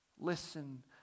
Listen